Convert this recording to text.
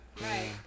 right